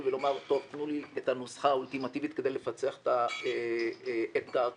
ולומר תנו לי את הנוסחה האולטימטיבית כדי לפצח את האתגר כאן.